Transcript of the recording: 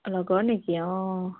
অঁ লগৰ নেকি অঁ